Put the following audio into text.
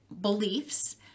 beliefs